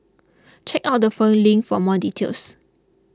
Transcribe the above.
check out the following link for more details